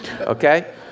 okay